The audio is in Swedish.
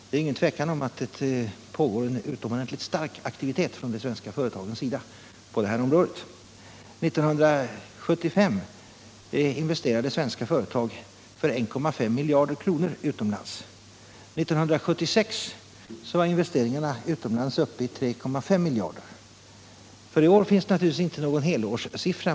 Det är inget tvivel om att det pågår en utomordentligt stark aktivitet från de svenska företagens sida på det här området. 1975 investerade svenska företag för 1,5 miljarder kronor utomlands, och 1976 var investeringarna utomlands uppe i 3,5 miljarder kronor. För i år finns naturligtvis inte någon helårssiffra.